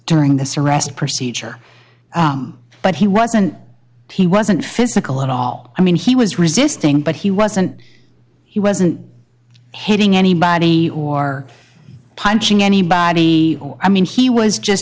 during this arrest procedure but he wasn't he wasn't physical at all i mean he was resisting but he wasn't he wasn't hitting anybody or punching anybody or i mean he was just